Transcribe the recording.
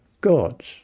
God's